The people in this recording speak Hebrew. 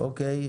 אוקיי.